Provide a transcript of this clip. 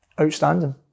Outstanding